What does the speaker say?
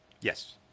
yes